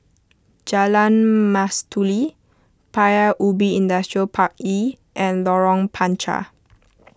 Jalan Mastuli Paya Ubi Industrial Park E and Lorong Panchar